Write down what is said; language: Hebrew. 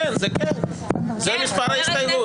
זה מספר ההסתייגות.